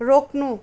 रोक्नु